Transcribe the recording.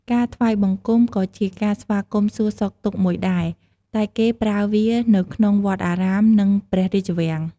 ការថ្វាយបង្គំក៏ជាការស្វាគមន៍សួរសុខទុក្ខមួយដែរ តែគេប្រើវានៅក្នុងវត្តអារាម និងព្រះរាជវាំង។